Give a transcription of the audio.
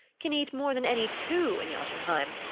can eat more than any two in jotunheim.